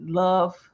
love